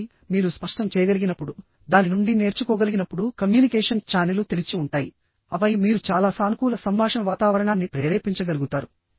కాబట్టి మీరు స్పష్టం చేయగలిగినప్పుడు దాని నుండి నేర్చుకోగలిగినప్పుడు కమ్యూనికేషన్ ఛానెల్లు తెరిచి ఉంటాయి ఆపై మీరు చాలా సానుకూల సంభాషణ వాతావరణాన్ని ప్రేరేపించగలుగుతారు